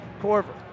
Corver